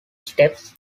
steps